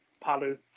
Palu